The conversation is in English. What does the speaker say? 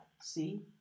See